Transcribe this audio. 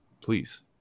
please